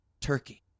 Turkey